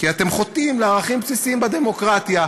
כי אתם חוטאים לערכים בסיסיים בדמוקרטיה.